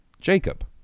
Jacob